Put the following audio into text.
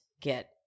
get